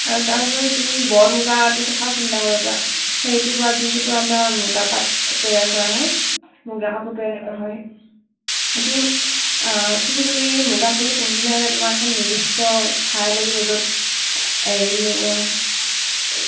আৰু তাৰ উপৰি তুমি বৰ মূগাটো কথাও চিন্তা কৰিব পাৰা হেৰিটোৰ পৰা যোনটোৰ পৰা আমাৰ মূগা পাট তৈয়াৰ কৰা হয় মূগা কাপোৰ তৈয়াৰ কৰা হয় এইটো কিন্তু এইটো তুমি মূগা পলু পুহিবলৈ হ'লে তোমাক এখন নিৰ্দিষ্ট ঠাই লাগিব য'ত এৰি মূ